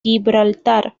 gibraltar